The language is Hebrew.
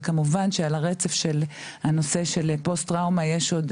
וכמובן שעל הרצף של הנושא של פוסט טראומה יש עוד